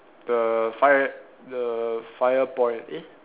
the fire the fire point eh